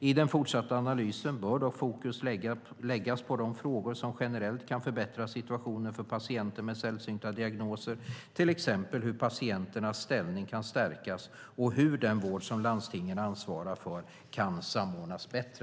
I den fortsatta analysen bör dock fokus läggas på de frågor som generellt kan förbättra situationen för patienter med sällsynta diagnoser, till exempel hur patienternas ställning kan stärkas och hur den vård som landstingen ansvarar för kan samordnas bättre.